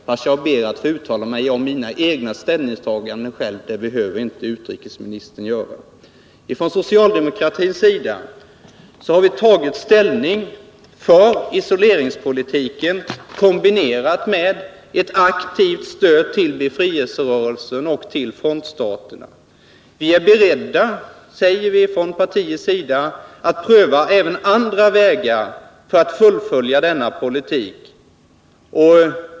Om mina egna ställningstaganden ber jag att själv få uttala mig. Det behöver inte utrikesministern göra. Socialdemokratin har tagit ställning för isoleringspolitiken, kombinerad med ett aktivt stöd till befrielserörelsen och till frontstaterna. Vi är beredda, säger vi från partiets sida, att pröva även andra vägar för att fullfölja denna politik.